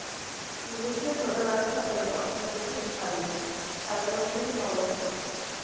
নিজস্ব ছোট ব্যবসা করে অর্থনৈতিকভাবে স্বাবলম্বী হওয়া যায়